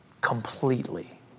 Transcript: completely